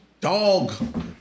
dog